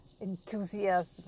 enthusiasm